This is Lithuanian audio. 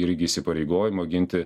irgi įsipareigojimo ginti